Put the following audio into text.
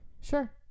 Sure